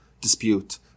dispute